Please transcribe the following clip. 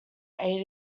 aid